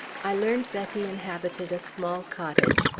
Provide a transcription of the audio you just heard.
i learned that he inhabited a small cottage,